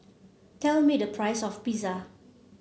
tell me the price of Pizza